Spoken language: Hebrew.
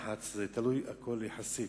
הכול יחסי.